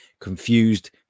confused